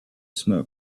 smoke